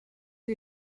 two